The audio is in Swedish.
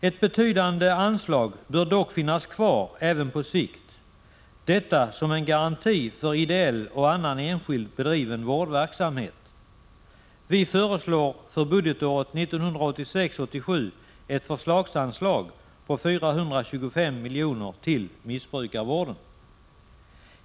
Ett betydande anslag bör dock finnas kvar även på sikt — detta som en garanti för ideell och annan enskilt bedriven vårdverksamhet. För budgetåret 1986/87 förordar vi ett förslagsanslag om 425 milj.kr. till missbrukarvården.